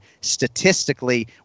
statistically